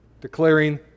Declaring